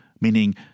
meaning